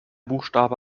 buchstabe